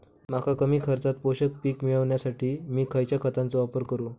मका कमी खर्चात पोषक पीक मिळण्यासाठी मी खैयच्या खतांचो वापर करू?